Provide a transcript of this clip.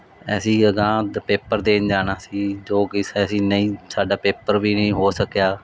ਅਸੀਂ ਅਗਾਂਹ ਪੇਪਰ ਦੇਣ ਜਾਣਾ ਸੀ ਜੋ ਕਿ ਅਸੀਂ ਨਹੀਂ ਸਾਡਾ ਪੇਪਰ ਵੀ ਨਹੀਂ ਹੋ ਸਕਿਆ